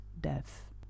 death